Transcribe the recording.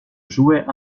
jouait